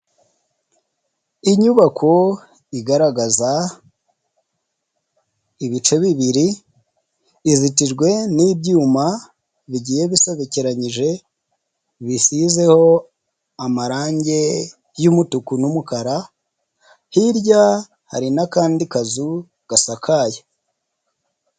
Inyubako igaragaza ibice bibiri, izitijwe n'ibyuma bigiye bisobekeyije bisizeho amarange y'umutuku n'umukara, hirya hari n'akandi kazu gasakaye.